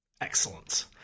Excellent